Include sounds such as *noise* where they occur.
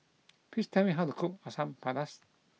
*noise* please tell me how to cook Asam Pedas